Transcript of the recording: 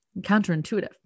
counterintuitive